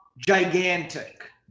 gigantic